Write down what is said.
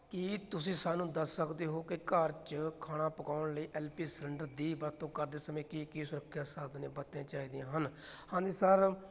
ਕੀ ਤੁਸੀਂ ਸਾਨੂੰ ਦੱਸ ਸਕਦੇ ਹੋ ਕਿ ਘਰ 'ਚ ਖਾਣਾ ਪਕਾਉਣ ਲਈ ਐੱਲ ਪੀ ਸਿਲੰਡਰ ਦੀ ਵਰਤੋਂ ਕਰਦੇ ਸਮੇਂ ਕੀ ਕੀ ਸੁਰੱਖਿਆ ਸਾਵਧਾਨੀਆਂ ਵਰਤਣੀਆਂ ਚਾਹੀਦੀਆਂ ਹਨ ਹਾਂਜੀ ਸਰ